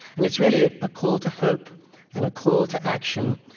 and it's really ah a call to hope and a call to action.